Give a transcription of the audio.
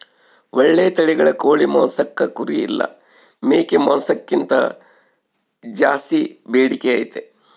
ಓಳ್ಳೆ ತಳಿಗಳ ಕೋಳಿ ಮಾಂಸಕ್ಕ ಕುರಿ ಇಲ್ಲ ಮೇಕೆ ಮಾಂಸಕ್ಕಿಂತ ಜಾಸ್ಸಿ ಬೇಡಿಕೆ ಐತೆ